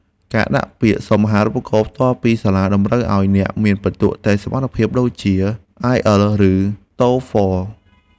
ការដាក់ពាក្យសុំអាហារូបករណ៍ផ្ទាល់ពីសាលាតម្រូវឱ្យអ្នកមានពិន្ទុតេស្តសមត្ថភាពដូចជាអាយអែលឬតូហ្វល។